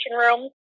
room